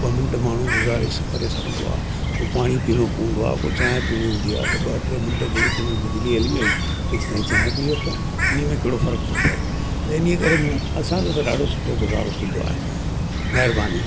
ॿ मिंट माण्हू गुज़ारे सां करे सघंदो आहे को पाणी पीअणो पवंदो आहे को चांहि पीअणी हूंदी आहे त ॿ टे मिंट जे विच में बिजली हली वई तेस ताईं चांहि पी वठो उन में कहिड़ो फ़र्कु थो पए त इन ई करे असांजो त ॾाढो सुठो गुज़ारो थी वेंदो आहे महिरबानी